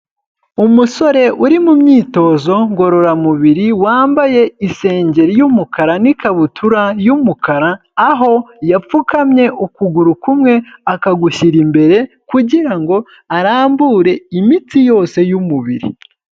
Umusore uri mu myitozo ngororamubiri wambaye isengeri y'umukara n'ikabutura y'umukara, aho yapfukamye ukuguru kumwe akagushyira imbere kugira ngo arambure imitsi yose y'umubiri.